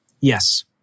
yes